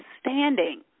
standing